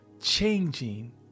changing